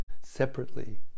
separately